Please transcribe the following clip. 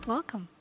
Welcome